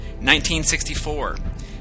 1964